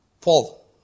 Paul